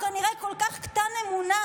הוא כנראה כל כך קטן אמונה,